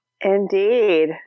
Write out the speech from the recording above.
Indeed